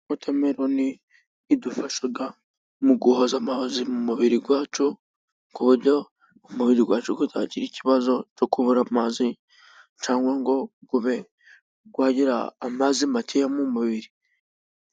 Wotameloni idufasha mu guhoza amazi mu mubiri wacu ku buryo umubiri wacu utagira ikibazo cyo kubura amazi, cyangwa se ngo ube wagira amazi makeya mu mubiri.